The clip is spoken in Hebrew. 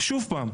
שוב פעם,